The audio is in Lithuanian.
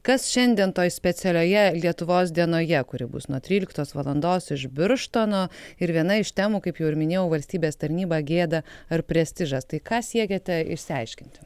kas šiandien toj specialioje lietuvos dienoje kuri bus nuo tryliktos valandos iš birštono ir viena iš temų kaip jau ir minėjau valstybės tarnyba gėda ar prestižas tai ką siekiate išsiaiškinti